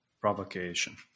provocation